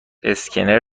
اسکنر